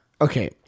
Okay